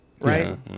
right